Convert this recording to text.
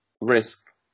risk